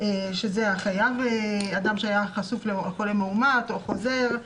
שזה אדם שהיה חשוף לחולה מאומת או חוזר.